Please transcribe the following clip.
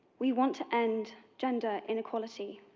we want to end gender inequality,